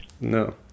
no